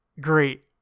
great